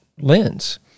lens